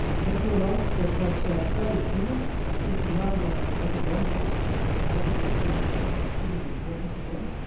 thank you, and anand. that was very clear. i think we now know what the bank does and that credit risk management is extremely important to them.